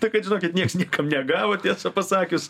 tai kad žinokit nieks niekam negavo tiesą pasakius